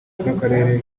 bw’akarere